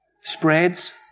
Spreads